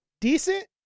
decent